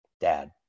dad